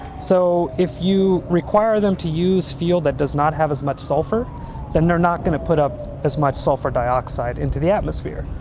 so if you require them to use fuel that does not have as much sulphur then they're not going to put up as much sulphur dioxide into the atmosphere.